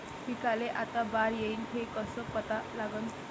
पिकाले आता बार येईन हे कसं पता लागन?